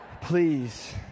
please